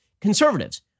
Conservatives